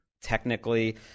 technically